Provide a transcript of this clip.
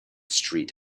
street